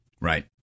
Right